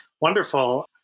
wonderful